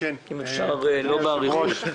אם אפשר לא באריכות.